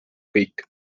kõik